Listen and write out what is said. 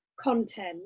content